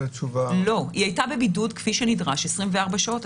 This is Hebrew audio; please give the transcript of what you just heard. היא הייתה בבידוד כפי שנדרש 24 שעות.